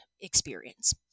experience